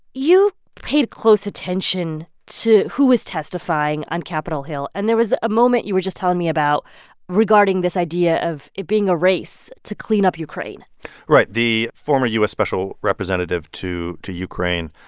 paid close attention to who was testifying on capitol hill. and there was a moment you were just telling me about regarding this idea of it being a race to clean up ukraine right. the former u s. special representative to to ukraine,